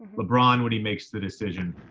lebron, when he makes the decision,